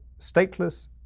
stateless